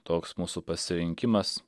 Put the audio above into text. toks mūsų pasirinkimas